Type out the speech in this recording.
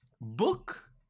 Book